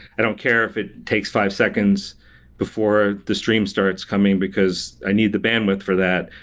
i don't care if it takes five seconds before the stream starts coming, because i need the bandwidth for that.